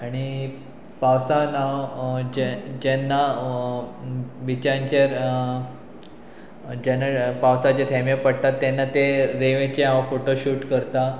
आनी पावसान हांव जे जेन्ना बिचांचेर जेन्ना पावसाचे थेंबे पडटा तेन्ना ते रेंवेचे हांव फोटो शूट करता